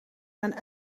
mijn